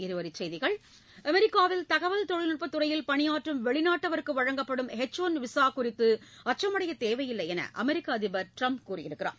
இரவரி செய்திகள் அமெரிக்காவில் தகவல் தொழில்நுட்பத் துறையில் பணியாற்றும் வெளிநாட்டவருக்கு வழங்கப்படும் எச் ஒன் விசா குறித்து அச்சமடைய தேவையில்லை என்று அமெரிக்க அதிபர் ட்ரம்ப் கூறியிருக்கிறார்